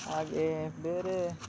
ಹಾಗೆ ಬೇರೆ